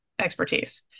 expertise